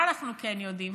מה אנחנו כן יודעים?